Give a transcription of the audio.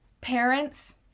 Parents